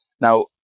Now